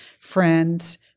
friends